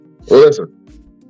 Listen